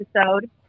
episode